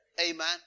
Amen